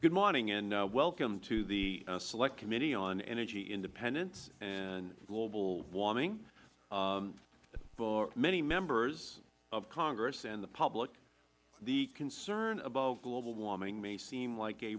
good morning and welcome to the select committee on energy independence and global warming for many members of congress and the public the concern about global warming may seem like a